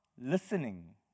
listening